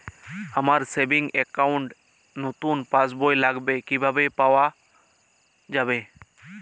আমার savings account র নতুন পাসবই লাগবে কিভাবে পাওয়া যাবে?